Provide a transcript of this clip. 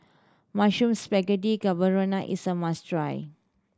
Mushroom Spaghetti Carbonara is a must try